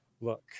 Look